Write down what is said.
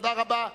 תודה רבה.